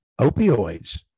opioids